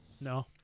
No